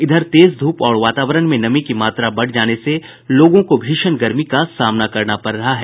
इधर तेज धूप और वातावरण में नमी की मात्रा बढ़ जाने से लोगों को भीषण गर्मी का सामना करना पड़ रहा है